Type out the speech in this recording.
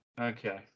Okay